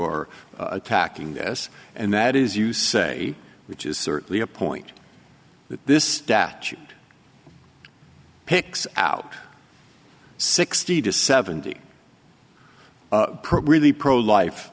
are attacking this and that is you say which is certainly a point that this death picks out sixty to seventy really pro life